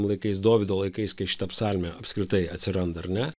laikais dovydo laikais kai šita psalmė apskritai atsiranda ar ne